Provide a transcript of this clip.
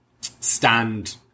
stand